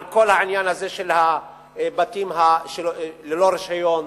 על כל העניין הזה של הבתים ללא רשיון,